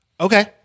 Okay